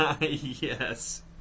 Yes